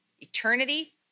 eternity